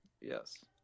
Yes